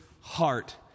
heart